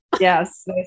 yes